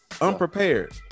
Unprepared